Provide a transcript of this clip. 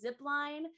zipline